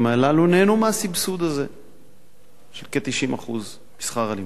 הללו נהנו מהסבסוד הזה של כ-90% משכר הלימוד.